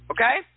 Okay